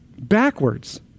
backwards